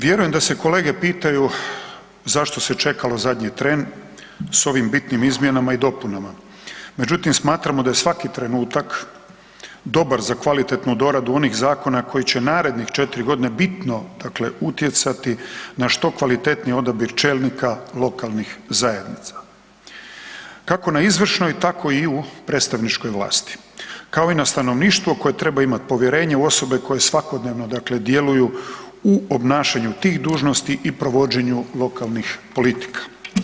Vjerujem da se kolege pitaju zašto se čekalo zadnji tren s ovim bitnim izmjenama i dopunama, međutim smatramo da je svaki trenutak dobar za kvalitetnu doradu onih zakona koji će narednih četiri godine bitno utjecati na što kvalitetniji odabir čelnika lokalnih zajednica kako na izvršnoj tako i u predstavničkoj vlasti, kao i na stanovništvo koje treba imati povjerenje u osobe koje svakodnevno djeluju u obnašanju tih dužnosti i provođenju lokalnih politika.